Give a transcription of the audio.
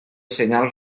senyal